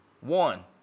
one